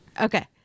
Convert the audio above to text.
okay